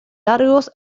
largos